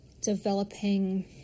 developing